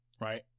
Right